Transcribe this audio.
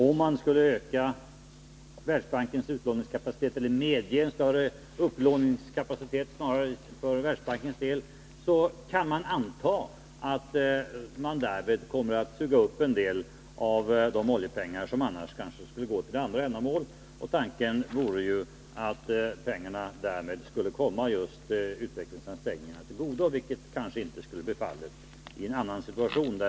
Om man ökar Världsbankens utlåningskapacitet — eller snarare medger Världsbanken en större upplåningskapacitet — kommer man att suga upp en del av de oljepengar som annars skulle gå till andra ändamål. Tanken är ju att pengarna därmed skulle komma just utvecklingsansträngningarna till godo, vilket inte skulle bli fallet i en annan situation.